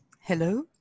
hello